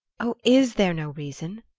oh, is there no reason?